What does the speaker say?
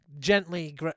gently